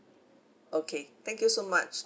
okay thank you so much